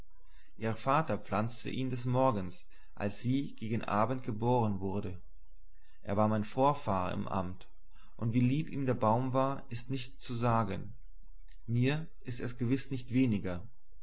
ihr vater pflanzte ihn des morgens als sie gegen abend geboren wurde er war mein vorfahr im amt und wie lieb ihm der baum war ist nicht zu sagen mir ist er's gewiß nicht weniger